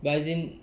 but as in